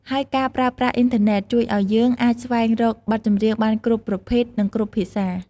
ហើយការប្រើប្រាស់អ៊ីនធឺណិត ជួយឱ្យយើងអាចស្វែងរកបទចម្រៀងបានគ្រប់ប្រភេទ និងគ្រប់ភាសា។